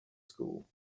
school